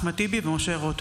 אחמד וטיבי ומשה רוט